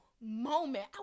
moment